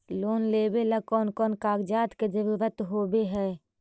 Loan लेबे ला कौन कौन कागजात के जरुरत होबे है?